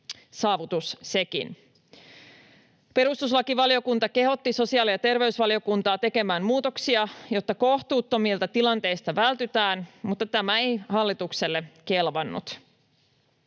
saavutus sekin. Perustuslakivaliokunta kehotti sosiaali‑ ja terveysvaliokuntaa tekemään muutoksia, jotta kohtuuttomilta tilanteilta vältytään, mutta tämä ei hallitukselle kelvannut.